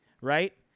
Right